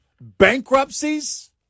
bankruptcies